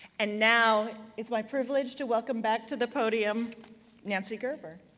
and now, it's my privilege to welcome back to the podium nancy gerber.